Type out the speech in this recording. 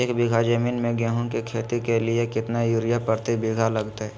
एक बिघा जमीन में गेहूं के खेती के लिए कितना यूरिया प्रति बीघा लगतय?